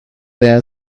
there